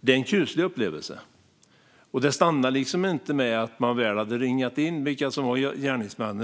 Det var en kuslig upplevelse, och det stannade inte med att man väl hade ringat in vilka som var gärningsmännen.